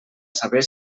saber